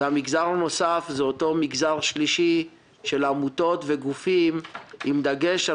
המגזר הנוסף הוא המגזר השלישי של עמותות וגופים בדגש על